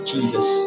Jesus